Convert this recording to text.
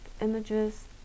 images